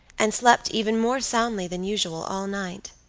and slept even more soundly than usual all night.